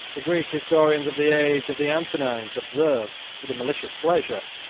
the greek historians of the age of the antonines observe, with a malicious pleasure,